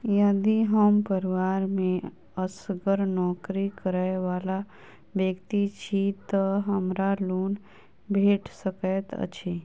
यदि हम परिवार मे असगर नौकरी करै वला व्यक्ति छी तऽ हमरा लोन भेट सकैत अछि?